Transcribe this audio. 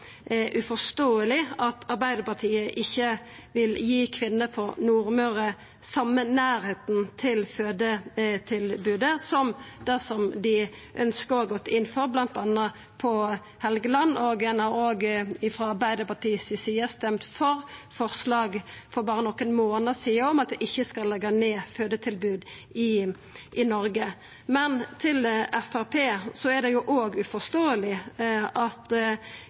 uforståeleg at Arbeidarpartiet ikkje vil gi kvinner på Nordmøre same nærleiken til fødetilbodet som det som dei ønskjer og har gått inn for bl.a. på Helgeland. Ein har òg frå Arbeidarpartiet si side berre for nokre månader sidan røysta for forslag om at ein ikkje skal leggja ned fødetilbod i Noreg. Men til Framstegspartiet vil eg seia at det òg er uforståeleg at